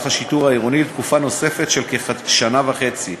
השיטור העירוני לתקופה נוספת של כשנה וחצי,